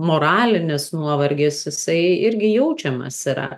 moralinis nuovargis jisai irgi jaučiamas yra